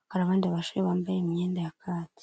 hakaba n'abandi babashoreye bambaye imyenda ya kaki.